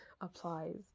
applies